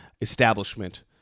establishment